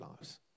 lives